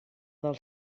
del